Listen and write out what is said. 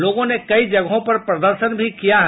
लोगों ने कई जगहों पर प्रदर्शन भी किया है